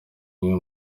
imwe